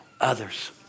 others